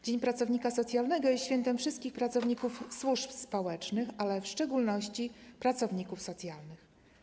Dzień Pracownika Socjalnego jest świętem wszystkich pracowników służb społecznych, ale w szczególności pracowników socjalnych.